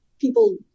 people